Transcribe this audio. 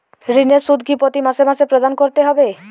ঋণের সুদ কি প্রতি মাসে মাসে প্রদান করতে হবে?